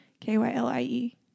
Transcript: K-Y-L-I-E